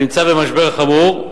הנמצא במשבר חמור.